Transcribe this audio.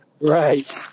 Right